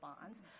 bonds